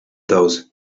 those